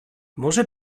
może